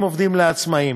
לעצמאים.